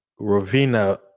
Rovina